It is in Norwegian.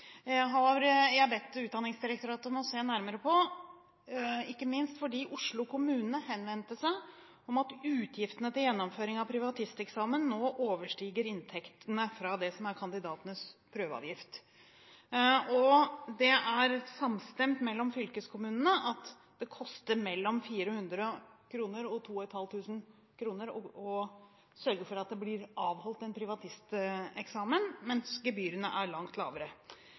se nærmere på – ikke minst fordi Oslo kommune henvendte seg til meg angående at utgiftene til gjennomføring av privatisteksamen nå overstiger inntektene fra det som er kandidatenes prøveavgift. Fylkeskommunene er samstemte i at det koster mellom 400 og 2 500 kr å sørge for at det blir avholdt en privatisteksamen, mens gebyrene er langt lavere.